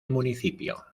municipio